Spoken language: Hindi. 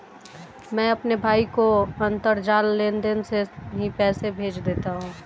मैं अपने भाई को अंतरजाल लेनदेन से ही पैसे भेज देता हूं